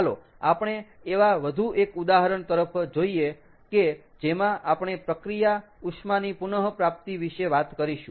ચાલો આપણે એવા વધુ એક ઉદાહરણ તરફ જોઈયે કે જેમાં આપણે પ્રક્રિયા ઉષ્માની પુનપ્રાપ્તિ વિશે વાત કરીશું